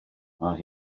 mae